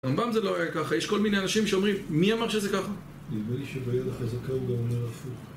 רמבם זה לא היה ככה, יש כל מיני אנשים שאומרים, מי אמר שזה ככה? נראה לי שווייל החזקה הוא גם אומר הפוך.